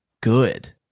good